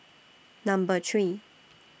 Number three